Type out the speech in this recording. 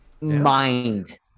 mind